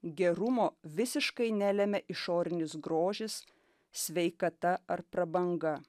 gerumo visiškai nelemia išorinis grožis sveikata ar prabanga